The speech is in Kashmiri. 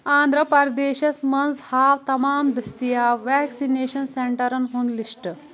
آنٛدرا پرٛدیشس منٛز ہاو تمام دٔستیاب ویکسینیشن سینٹرن ہُنٛد لسٹ